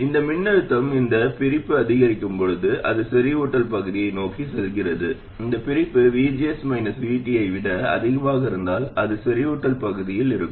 இந்த மின்னழுத்தம் இந்த பிரிப்பு அதிகரிக்கும் போது அது செறிவூட்டல் பகுதியை நோக்கி செல்கிறது இந்த பிரிப்பு VGS VT ஐ விட அதிகமாக இருந்தால் அது செறிவூட்டல் பகுதியில் இருக்கும்